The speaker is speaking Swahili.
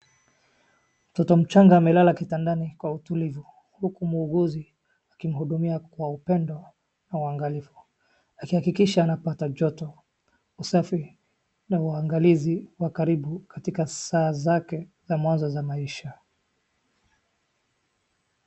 Mtoto mchanga amelala kitandani kwa utulivu, huku muuguzi akimhudumia kwa upendo na uangalifu, akihakikisha anapata joto, usafi, na uangalizi wa karibu katika saa zake za mwanzo za maisha.